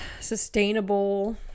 sustainable